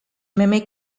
mimic